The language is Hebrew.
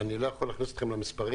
אני לא יכול להכניס אתכם למספרים,